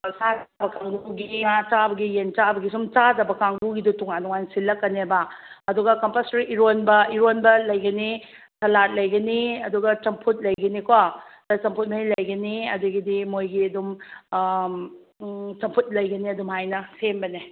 ꯁꯥ ꯆꯥꯕ ꯀꯥꯡꯕꯨꯒꯤ ꯉꯥ ꯆꯥꯕꯒꯤ ꯌꯦꯟ ꯆꯥꯕꯒꯤ ꯁꯨꯝ ꯆꯥꯗꯕ ꯀꯥꯡꯕꯨꯒꯤꯗꯣ ꯇꯣꯉꯥꯟ ꯇꯣꯉꯥꯟ ꯁꯤꯜꯂꯛꯀꯅꯦꯕ ꯑꯗꯨꯒ ꯀꯝꯄꯜꯁꯔꯤ ꯏꯔꯣꯟꯕ ꯏꯔꯣꯟꯕ ꯂꯩꯒꯅꯤ ꯁꯥꯂꯥꯗ ꯂꯩꯒꯅꯤ ꯑꯗꯨꯒ ꯆꯝꯐꯨꯠ ꯂꯩꯒꯅꯤꯀꯣ ꯆꯝꯐꯨꯠ ꯃꯍꯤ ꯂꯩꯒꯅꯤ ꯑꯗꯒꯤꯗꯤ ꯃꯣꯏꯒꯤ ꯑꯗꯨꯝ ꯆꯝꯐꯨꯠ ꯂꯩꯒꯅꯤ ꯑꯗꯨꯃꯥꯏꯅ ꯁꯦꯝꯕꯅꯦ